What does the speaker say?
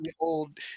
old